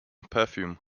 perfume